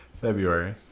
February